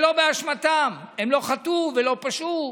שלא באשמתם, הם לא חטאו ולא פשעו,